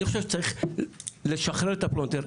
אני חושב שצריך לשחרר את הפלונטר,